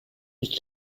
ich